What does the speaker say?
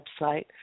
website